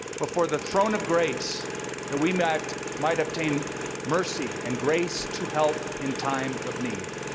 before the throne of grace that we might might obtain mercy and grace to help in time of need.